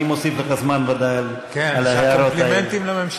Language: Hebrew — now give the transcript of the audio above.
אני מוסיף לך זמן, ודאי, על ההערות האלה.